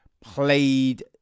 played